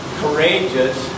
courageous